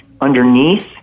underneath